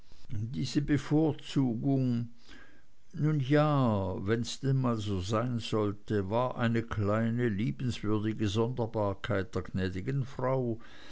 diese bevorzugung nun ja wenn's dann mal so sein sollte war eine kleine liebenswürdige sonderbarkeit der gnädigen frau